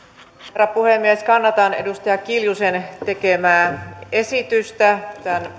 herra puhemies kannatan edustaja kiljusen tekemää esitystä tämän